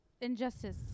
injustice